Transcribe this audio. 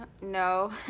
no